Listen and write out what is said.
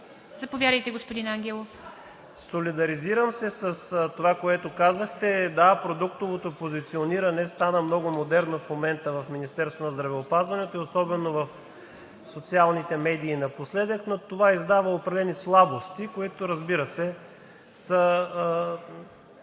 Заповядайте, господин Ангелов. КОСТАДИН АНГЕЛОВ: Солидаризирам се с това, което казахте. Да, продуктовото позициониране стана много модерно в момента в Министерството на здравеопазването и особено в социалните медии напоследък, но това издава определени слабости, които, разбира се, са